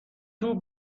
توپ